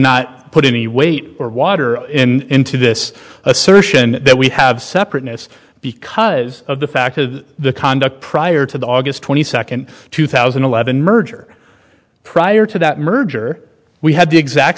not put any weight or water in into this assertion that we have separateness because of the fact of the conduct prior to the august twenty second two thousand and eleven merger prior to that merger we had the exact